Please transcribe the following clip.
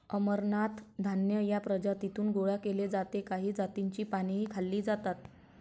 अमरनाथ धान्य या प्रजातीतून गोळा केले जाते काही जातींची पानेही खाल्ली जातात